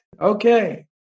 Okay